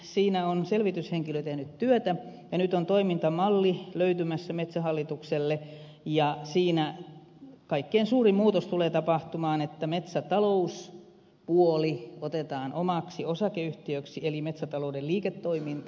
siinä on selvityshenkilö tehnyt työtä ja nyt on toimintamalli löytymässä metsähallitukselle ja siinä kaikkein suurin muutos tulee tapahtumaan että metsätalouspuoli otetaan omaksi osakeyhtiöksi eli metsätalouden liiketoiminta